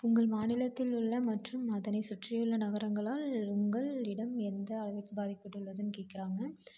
உங்கள் மாநிலத்தில் உள்ள மற்றும் அதனை சுற்றியுள்ள நகரங்களால் உங்கள் இடம் எந்த அளவுக்கு பாதிக்கப்பட்டுள்ளதுன்னு கேட்குறாங்க